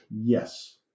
Yes